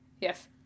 yes